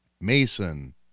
mason